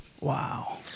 wow